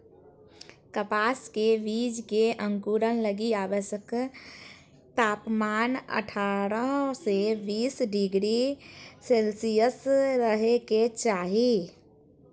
कपास के बीज के अंकुरण लगी आवश्यक तापमान अठारह से बीस डिग्री सेल्शियस रहे के चाही